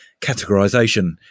categorisation